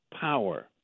power